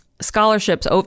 scholarships